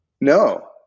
No